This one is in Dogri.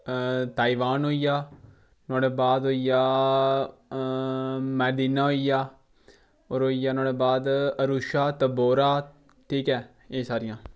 ताईवान होई गेआ नोआड़े बाद होई गेआ मैदिना होई गेआ होर होई गेआ नोआड़े बाद अरुछा तंबोरा ठीक ऐ एह सारियां